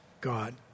God